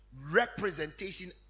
representation